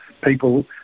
people